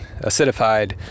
acidified